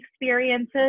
experiences